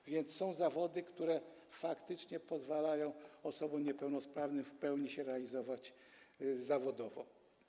Są więc zawody, które faktycznie pozwalają osobom niepełnosprawnym w pełni realizować się zawodowo.